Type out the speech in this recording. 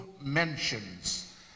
mentions